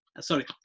Sorry